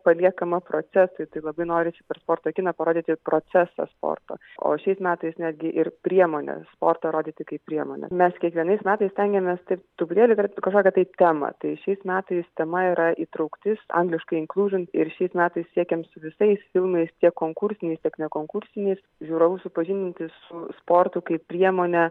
paliekama procesui tai labai norisi per sportą kiną parodyti procesą sporto o šiais metais netgi ir priemonę sportą rodyti kaip priemonę mes kiekvienais metais stengiamės taip truputėlį dar kažkokią tai temą tai šiais metais tema yra įtrauktis angliškai inkliūžin ir šiais metais siekiam su visais filmais tiek konkursiniais tiek ne konkursiniais žiūrovus supažindinti su sportu kaip priemone